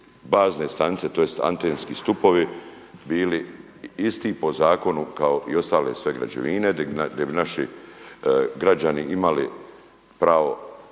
bazne stanice tj. antenski stupovi bili isti po zakonu kao i ostale sve građevine, gdje bi naši građani imali pravo